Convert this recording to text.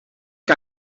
que